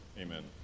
amen